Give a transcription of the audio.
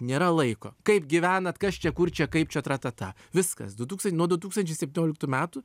nėra laiko kaip gyvenat kas čia kur čia kaip čia tratata viskas du tūkst nuo du tūkstančiai septynioliktų metų